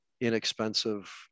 inexpensive